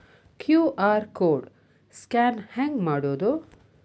QR code scan ಹೆಂಗ್ ಮಾಡೋದು?